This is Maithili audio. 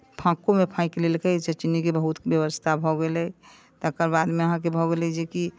फाँकोमे फाँकि लेलकै तऽ चीनीके बहुत व्यवस्था भऽ गेलै तकर बादमे अहाँके भऽ गेलै जे कि